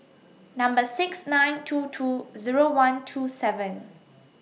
Number six nine two two Zero one two seven